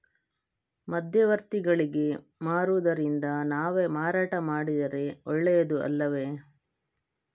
ಮಧ್ಯವರ್ತಿಗಳಿಗೆ ಮಾರುವುದಿಂದ ನಾವೇ ಮಾರಾಟ ಮಾಡಿದರೆ ಒಳ್ಳೆಯದು ಅಲ್ಲವೇ?